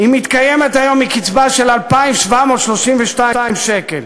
היא מתקיימת היום מקצבה של 2,732 שקלים.